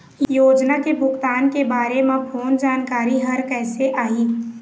योजना के भुगतान के बारे मे फोन जानकारी हर कइसे आही?